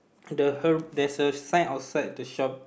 the her~ there's a sign outside the shop